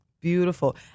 Beautiful